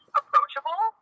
approachable